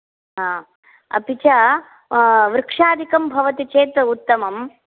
हा अपि च वृक्षादिकं भवति चेत् उत्तमम्